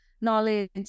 knowledge